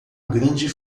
grande